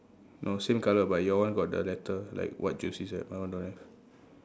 no same colour but your one got the letter like what you say my one don't have